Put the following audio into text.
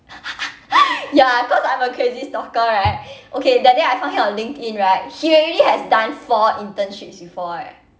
ya cause I'm a crazy stalker right okay that day I found him on linkedin right he already has done four internships before eh